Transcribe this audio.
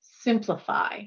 simplify